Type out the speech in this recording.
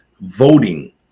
voting